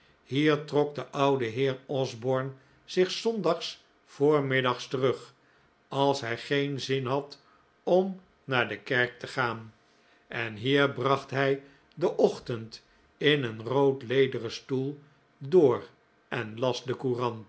hier trok de oude heer osborne zich s zondags voormiddags terug als hij geen zin had om naar de kerk te gaan en hier bracht hij den ochtend in een rood lederen stoel door en las de